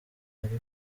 ariko